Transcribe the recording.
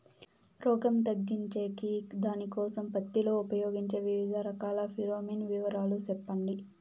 రోగం తగ్గించేకి దానికోసం పత్తి లో ఉపయోగించే వివిధ రకాల ఫిరోమిన్ వివరాలు సెప్పండి